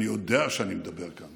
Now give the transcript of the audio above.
אני יודע שאני מדבר כאן